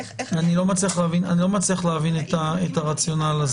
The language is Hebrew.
אני חושבת שאתה יכול אולי להגיד אולי בתור אה.